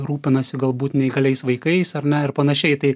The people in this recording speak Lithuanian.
rūpinasi galbūt neįgaliais vaikais ar ne ir panašiai tai